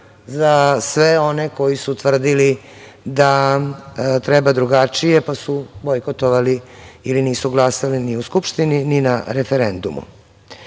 za sve one koji su tvrdili da treba drugačije, pa su bojkotovali ili nisu glasali, ni u Skupštini ni na referendumu. Mojih